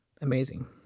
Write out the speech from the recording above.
amazing